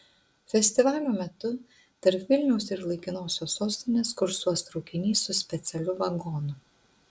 festivalio metu tarp vilniaus ir laikinosios sostinės kursuos traukinys su specialiu vagonu